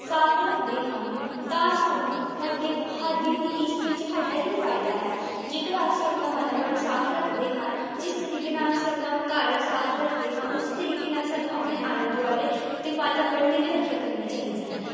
ਸਾਫ ਰੱਖਦੇ ਹਨ ਤਾਂ ਸਾਨੂੰ ਸਾਡੇ ਸਾਡੇ ਇਸ ਵਿੱਚ ਸਾਡਾ ਹੀ ਫਾਇਦਾ ਹੈ ਜੇਕਰ ਅਸੀਂ ਆਪਣਾ ਵਾਤਾਵਰਨ ਸਾਫ ਰੱਖਦੇ ਹਾਂ ਜਿਸ ਤਰੀਕੇ ਨਾਲ ਅਸੀਂ ਆਪਣਾ ਘਰ ਸਾਫ ਰੱਖਦੇ ਹਾਂ ਉਸ ਤਰੀਕੇ ਨਾਲ ਸਾਨੂੰ ਆਪਣੇ ਆਲੇ ਦੁਆਲੇ ਅਤੇ ਵਾਤਾਵਰਨ ਦੀ ਵੀ ਰੱਖਿਆ ਕਰਨੀ ਚਾਹੀਦੀ ਹੈ